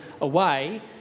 away